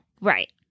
Right